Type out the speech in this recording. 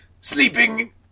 sleeping